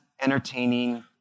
entertaining